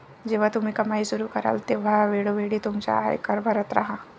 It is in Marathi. जेव्हा तुम्ही कमाई सुरू कराल तेव्हा वेळोवेळी तुमचा आयकर भरत राहा